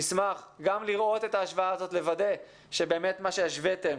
נשמח גם לראות את ההשוואה הזאת לוודא שבאמת מה שהשוויתם